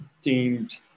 deemed